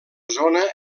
zona